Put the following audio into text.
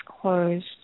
closed